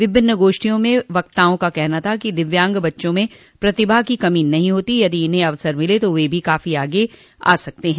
विभिन्न गोष्ठियों में वक्ताओं का कहना था कि दिव्यांग बच्चों में प्रतिभाओं की कमी नहीं होती यदि इन्हें अवसर मिले तो वह भी काफी आगे जा सकते हैं